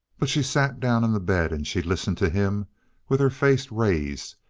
but she sat down on the bed, and she listened to him with her face raised,